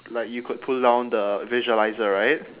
like you could pull down the visualiser right